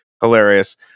hilarious